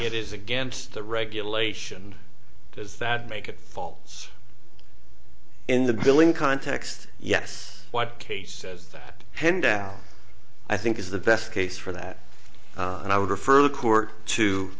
it is against the regulation does that make it falls in the billing context yes what case says that pin down i think is the best case for that and i would refer the court